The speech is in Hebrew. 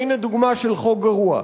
והנה דוגמה של חוק גרוע.